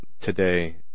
today